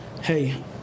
hey